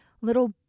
little